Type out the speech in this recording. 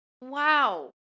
Wow